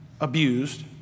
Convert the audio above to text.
abused